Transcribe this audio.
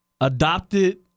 adopted